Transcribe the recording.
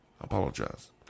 apologize